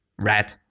red